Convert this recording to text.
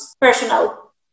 personal